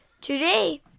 Today